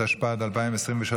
התשפ"ד 2023,